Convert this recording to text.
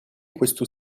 questo